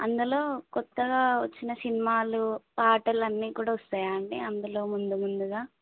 అందులో కొత్తగా వచ్చిన సినిమాలు పాటలు అన్నీ కూడా వస్తాయా అండి అందులో ముందు ముందుగా